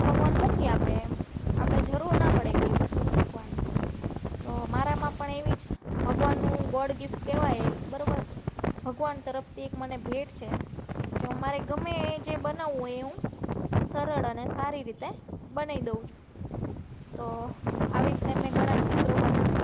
ભગવાન મૂકી આપે એમ આપણે જરૂર ના પડે કોઈ વસ્તુ શીખવાની તો મારામાં પણ એવી જ ભગવાનનું ગોડ ગિફ્ટ કહેવાય એક બરોબર ભગવાન તરફથી મને ભેટ છે હું મારે ગમે એ જે બનાવું સરળ અને સારી રીતે બનાવી દઉં છું તો આવી રીતે મેં ઘણાં ચિત્રો બનાવ્યા